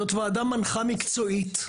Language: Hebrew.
זו ועדה מנחה, מקצועית,